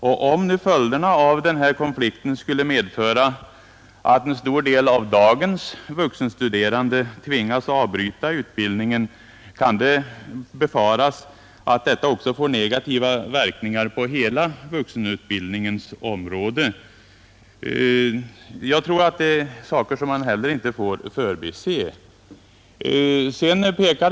Om följderna av konflikten skulle bli att en stor del av dagens vuxenstuderande tvingas avbryta utbildningen, kan det befaras att detta också får negativa verkningar på hela vuxenutbildningens område. Jag tror att det är en sak som man heller inte får förbise.